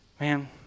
Man